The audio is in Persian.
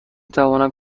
توانید